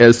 S